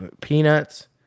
Peanuts